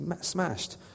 smashed